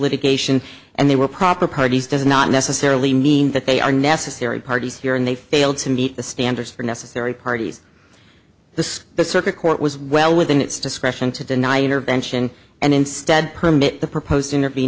litigation and they were proper parties does not necessarily mean that they are necessary parties here and they fail to meet the standards for necessary parties the circuit court was well within its discretion to deny intervention and instead permit the proposed interven